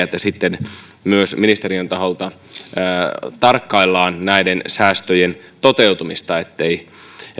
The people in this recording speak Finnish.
että sitten myös ministeriön taholta tarkkaillaan näiden säästöjen toteutumista ettei